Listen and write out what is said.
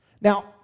Now